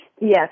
Yes